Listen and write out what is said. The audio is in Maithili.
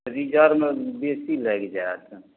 रिजर्बमे बेसी लागि जाएत